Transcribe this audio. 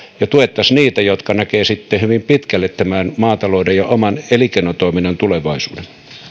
ja tuettaisiin niitä jotka näkevät sitten hyvin pitkälle tämän maatalouden ja oman elinkeinotoiminnan tulevaisuuden